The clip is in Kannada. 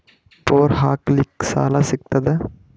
ಬೋರ್ ಹಾಕಲಿಕ್ಕ ಸಾಲ ಸಿಗತದ?